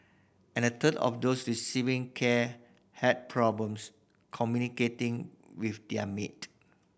and a third of those receiving care had problems communicating with their maid